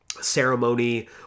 ceremony